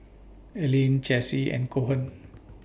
Aleen Chessie and Cohen